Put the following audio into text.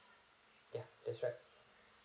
ya that's right